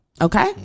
okay